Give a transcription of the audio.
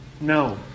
No